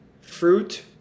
Fruit